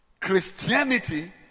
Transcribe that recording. Christianity